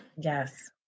Yes